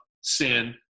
sin